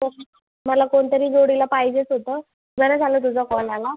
हो मला कोणीतरी जोडीला पाहिजेच होतं बरं झालं तुझा कॉल आला